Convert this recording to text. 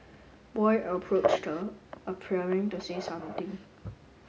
boy approached her appearing to say something